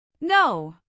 No